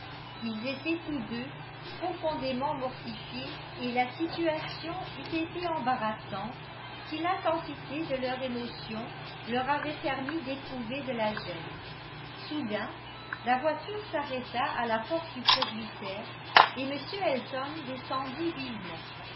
ils étaient tous deux profondément mortifiés et la situation eût été embarrassante si l'intensité de leur émotion leur avait permis d'éprouver de la gêne soudain la voiture s'arrêta à la porte du presbytère et m elton descendit vivement